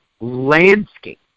landscape